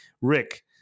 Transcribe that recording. Rick